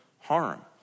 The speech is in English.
harm